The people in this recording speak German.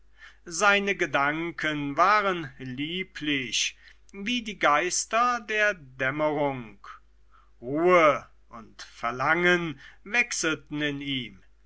seine gedanken waren lieblich wie die geister der dämmerung ruhe und verlangen wechselten in ihm